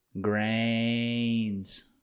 Grains